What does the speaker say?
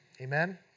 Amen